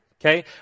okay